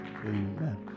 Amen